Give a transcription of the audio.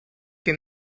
que